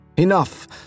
Enough